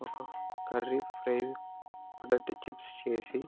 ఒక curry fry potato chips చేసి